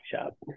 shop